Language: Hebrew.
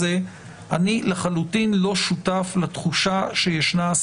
אני חושב שכנראה שאם נבדוק את